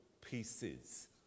pieces